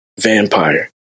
vampire